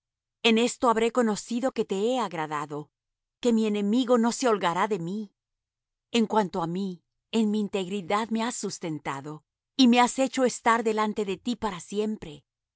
en esto habré conocido que te he agradado que mi enemigo no se holgará de mí en cuanto á mí en mi integridad me has sustentado y me has hecho estar delante de ti para siempre